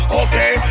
okay